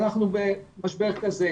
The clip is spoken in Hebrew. אנחנו במשבר כזה,